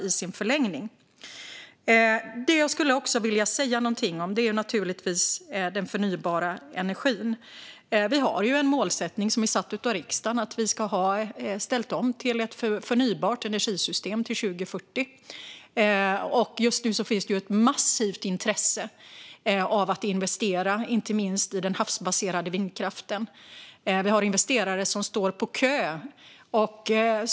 Det jag också skulle vilja säga någonting om är naturligtvis den förnybara energin. Vi har en målsättning som är satt av riksdagen, nämligen att vi ska ha ställt om till ett förnybart energisystem till 2040. Just nu finns det ett massivt intresse av att investera inte minst i den havsbaserade vindkraften; vi har investerare som står på kö.